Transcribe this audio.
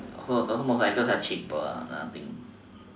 also also motorcycles are cheaper lah that kind of thing